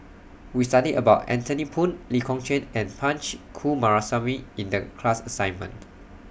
We studied about Anthony Poon Lee Kong Chian and Punch Coomaraswamy in The class assignment